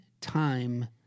time